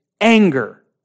anger